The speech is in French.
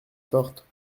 forte